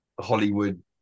Hollywood